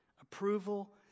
approval